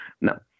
Now